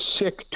sick